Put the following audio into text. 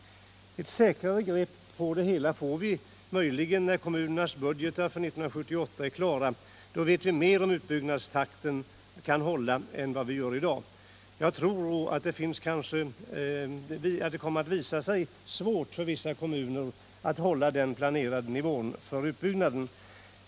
Ett säkrare grepp på det hela får vi möjligen när kommunernas budgetar för 1978 är klara. Då vet vi mer om huruvida utbyggnadstakten kan hålla. Jag tror att det kommer att visa sig svårt för vissa kommuner att klara den planerade nivån för utbyggnaden.